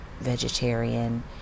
vegetarian